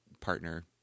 partner